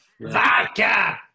Vodka